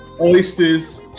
Oysters